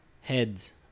heads